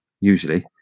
usually